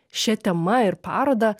šia tema ir paroda